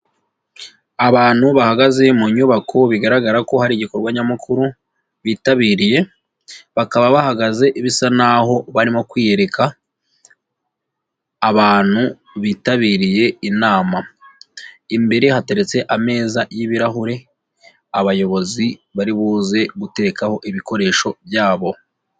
Abantu bahagaze mu nyubako bigaragara ko hari igikorwa nyamukuru bitabiriye, bakaba bahagaze bisa n'aho barimo kwiyereka abantu bitabiriye inama, imbere hateretse ameza y'ibirahure, abayobozi bari buze gutekaho ibikoresho byabo.